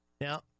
Now